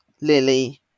Lily